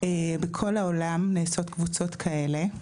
בכל העולם נעשות קבוצות כאלה,